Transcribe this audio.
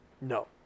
No